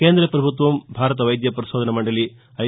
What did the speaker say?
కేంద్రపభుత్వం భారత వైద్య పరిశోధన మండలి ఐ